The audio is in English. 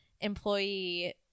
employee